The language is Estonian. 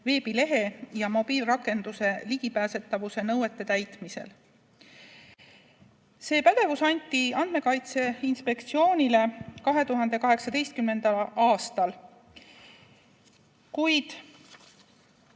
veebilehe ja mobiilirakenduse ligipääsetavuse nõuete täitmisel. See pädevus anti Andmekaitse Inspektsioonile 2018. aastal, kuid